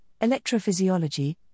electrophysiology